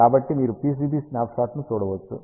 కాబట్టి మీరు PCB స్నాప్షాట్ను చూడవచ్చు